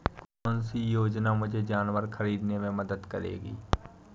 कौन सी योजना मुझे जानवर ख़रीदने में मदद करेगी?